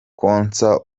konsa